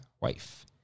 wife